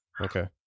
Okay